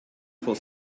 for